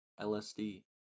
LSD